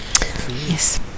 Yes